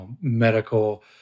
medical